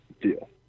deal